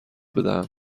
بدهم